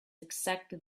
exactly